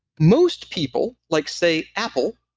most people, like, say, apple,